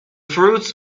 fruits